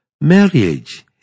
marriage